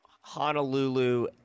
Honolulu